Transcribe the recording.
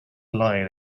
lie